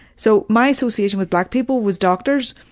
so my association with black people was doctors.